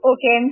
Okay